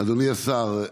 אדוני השר,